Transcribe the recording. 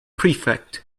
prefect